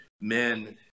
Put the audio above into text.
men